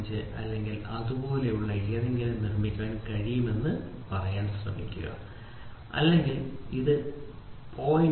05 അല്ലെങ്കിൽ അതുപോലെയുള്ള എന്തെങ്കിലും നിർമ്മിക്കാൻ കഴിയുമെന്ന് പറയാൻ ശ്രമിക്കുക അല്ലെങ്കിൽ ഇത് 0